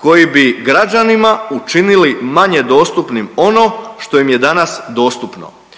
koji bi građanima učinili manje dostupnim ono što im je danas dostupno.